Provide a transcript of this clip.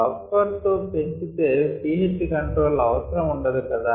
buffer లో పెంచితే pH control అవసరం ఉండదు గదా